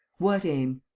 what aim?